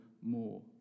more